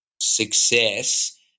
success